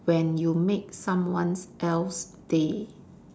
when you make someone's else day